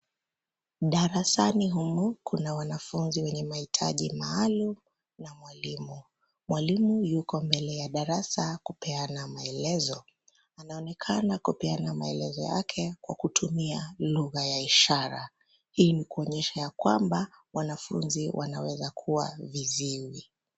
Darasani humu kuna wanafunzi wenye mahitaji maalum na mwalimu. Mwalimu yuko mbele ya darasa kupeana maelezo. Anaonenekana kupeana maelezo yake kwa kutumia lugha ya ishara. Hii ni ya kuonyesha kwamba wanafunzi wanaweza kuwa viziwi.